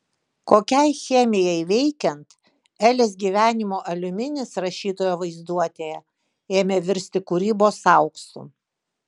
kokiai chemijai veikiant elės gyvenimo aliuminis rašytojo vaizduotėje ėmė virsti kūrybos auksu